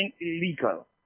illegal